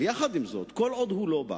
עם זאת, כל עוד הוא לא בא,